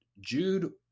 Jude